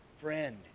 friend